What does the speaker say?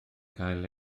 cael